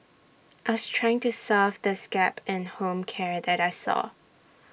I's trying to solve this gap in home care that I saw